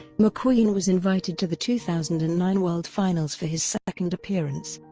mcqueen was invited to the two thousand and nine world finals for his second appearance.